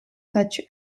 such